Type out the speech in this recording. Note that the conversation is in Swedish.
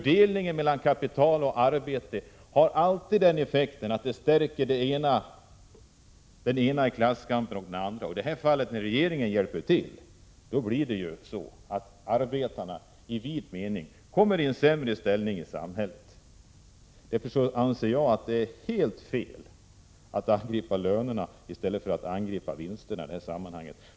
Fördelningen mellan kapital och arbete har genomgående den effekten att den ena parten i klasskampen stärks i förhållande till den andra. När dessutom, som i detta fall, regeringen hjälper till kommer gruppen arbetare i vid mening i en sämre ställning i samhället. Jag anser därför att det är helt felaktigt att angripa lönerna i stället för vinsterna i detta sammanhang.